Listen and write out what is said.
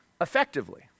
effectively